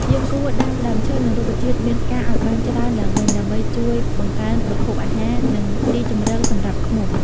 យើងគួរដាំដើមឈើ និងរុក្ខជាតិមានផ្កាឲ្យបានច្រើនឡើងវិញ ដើម្បីជួយបង្កើនប្រភពអាហារ និងទីជម្រកសម្រាប់ឃ្មុំ។